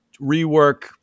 rework